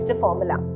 formula